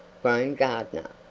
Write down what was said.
groaned gardner.